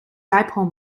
dipole